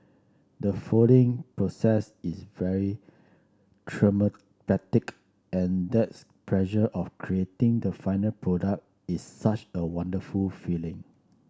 the folding process is very therapeutic and that pleasure of creating the final product is such a wonderful feeling